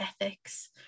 ethics